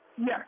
Yes